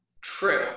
True